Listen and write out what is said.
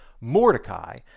Mordecai